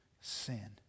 sin